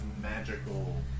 magical